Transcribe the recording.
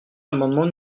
l’amendement